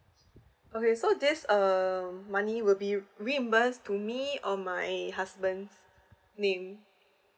okay so this um money will be reimburse to me or my husband's name